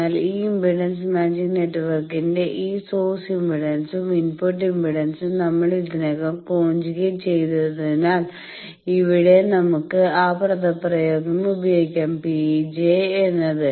എന്നാൽ ഈ impedance matching നെറ്റ്വർക്കിന്റെ ഈ സോഴ്സ് ഇംപെഡൻസും ഇൻപുട്ട് ഇംപെഡൻസും നമ്മൾ ഇതിനകം കോഞ്ചുഗേറ്റ് ചെയ്തതിനാൽ അവിടെ നമുക്ക് ആ പദപ്രയോഗം ഉപയോഗിക്കാം P¿ എന്നത്